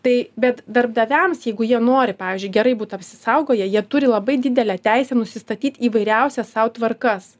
tai bet darbdaviams jeigu jie nori pavyzdžiui gerai būt apsisaugoję jie turi labai didelę teisę nusistatyt įvairiausias sau tvarkas